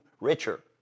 richer